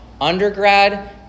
undergrad